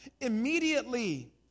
Immediately